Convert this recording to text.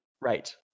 Right